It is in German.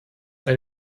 ein